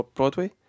Broadway